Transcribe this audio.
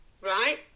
right